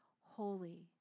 holy